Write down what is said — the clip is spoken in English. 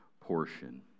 portion